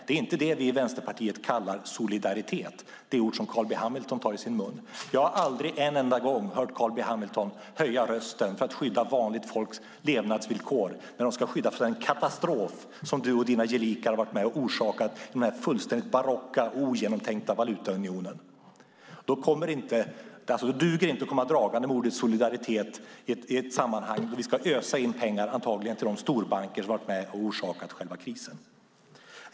Det är inte det som vi i Vänsterpartiet kallar solidaritet - det ord som Carl B Hamilton tog i sin mun. Jag har aldrig hört Carl B Hamilton höja rösten för att skydda vanligt folks levnadsvillkor när de ska skyddas från den katastrof som du och dina gelikar har varit med och orsakat genom den fullständigt barocka och ogenomtänkta valutaunionen. Det duger inte att komma dragande med ordet solidaritet i ett sammanhang då vi ska ösa in pengar till de storbanker som har varit med och orsakat krisen.